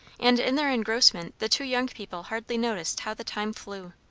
and in their engrossment the two young people hardly noticed how the time flew.